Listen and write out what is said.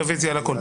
רוויזיה על הכול.